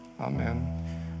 Amen